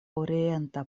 orienta